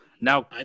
Now